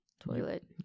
Toilet